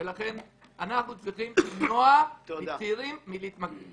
לכן אנחנו צריכים למנוע מצעירים להתמכר.